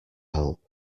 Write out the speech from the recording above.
help